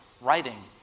writing